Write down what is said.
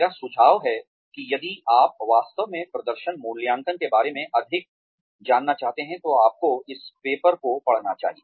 मेरा सुझाव है कि यदि आप वास्तव में प्रदर्शन मूल्यांकन के बारे में अधिक जानना चाहते हैं तो आपको इस पेपर को पढ़ना चाहिए